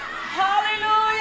Hallelujah